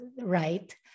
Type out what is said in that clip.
right